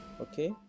Okay